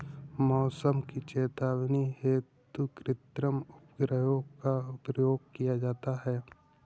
मौसम की चेतावनी हेतु कृत्रिम उपग्रहों का प्रयोग किया जाता है